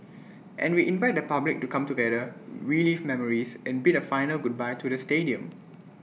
and we invite the public to come together relive memories and bid A final goodbye to the stadium